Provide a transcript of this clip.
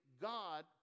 God